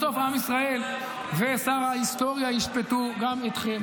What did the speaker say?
בסוף עם ישראל וההיסטוריה ישפטו גם אתכם,